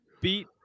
beat